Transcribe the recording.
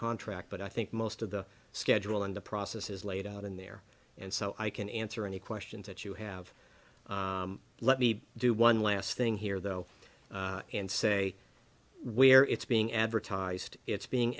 contract but i think most of the schedule in the process is laid out in there and so i can answer any questions that you have let me do one last thing here though and say where it's being advertised it's being